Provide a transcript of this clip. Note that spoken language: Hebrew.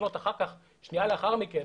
לפנות שנייה לאחר מכן